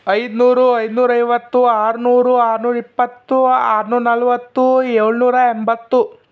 ಐನೂರು ಐನೂರ ಐವತ್ತು ಆರ್ನೂರು ಆರ್ನೂರ ಇಪ್ಪತ್ತು ಆರ್ನೂರ ನಲ್ವತ್ತು ಏಳ್ನೂರ ಎಂಬತ್ತು